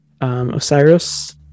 Osiris